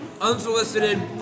unsolicited